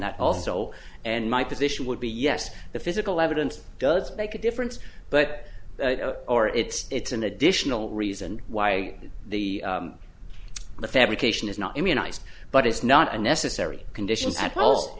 that also and my position would be yes the physical evidence does make a difference but or it's an additional reason why the the fabrication is not immunized but it's not a necessary conditions a